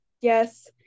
Yes